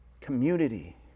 community